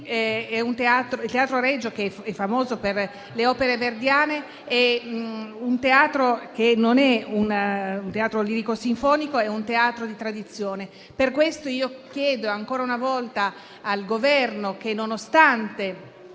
Il Teatro Regio, famoso per le opere verdiane, non è un teatro lirico-sinfonico, ma è un teatro di tradizione. Per questo chiedo ancora una volta al Governo che, nonostante